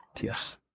Yes